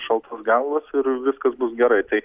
šaltas galvas ir viskas bus gerai tai